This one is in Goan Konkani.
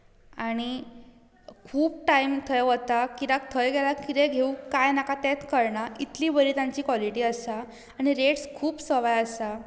आनी खूब टायम थंय वता कित्याक थंय गेल्यार कितें घेवूं कांय नाका तेंत कळना इतली बरी तांची क्वॉलिटी आसता आनी रेट खूब सवाय आसा